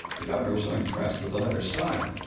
the governor was so impressed with the letter's style,